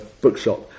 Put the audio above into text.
bookshop